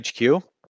HQ